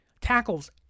tackles